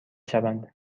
شوند